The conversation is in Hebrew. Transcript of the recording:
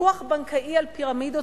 פיקוח בנקאי על פירמידות,